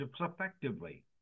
effectively